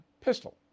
pistol